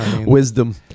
wisdom